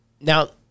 Now